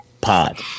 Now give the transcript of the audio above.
Pod